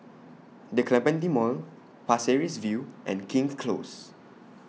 The Clementi Mall Pasir Ris View and King's Close